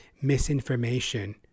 misinformation